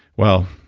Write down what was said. well,